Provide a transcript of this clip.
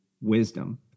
wisdom